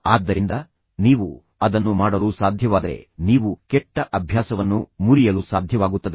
ಆದ್ದರಿಂದ ನೀವು ಅದನ್ನು ಮಾಡಲು ಸಾಧ್ಯವಾದರೆ ನೀವು ಕೆಟ್ಟ ಅಭ್ಯಾಸವನ್ನು ಮುರಿಯಲು ಸಾಧ್ಯವಾಗುತ್ತದೆ